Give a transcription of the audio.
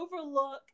overlook